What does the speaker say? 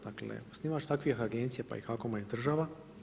Dakle, osnivač takvih agencija, pa i HAKOM-a je država.